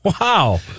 Wow